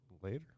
later